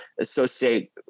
associate